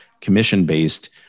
commission-based